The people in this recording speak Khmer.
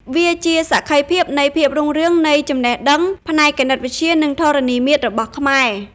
វាជាសក្ខីភាពនៃភាពរុងរឿងនៃចំណេះដឹងផ្នែកគណិតវិទ្យា និងធរណីមាត្ររបស់ខ្មែរ។